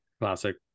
classic